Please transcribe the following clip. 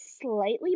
slightly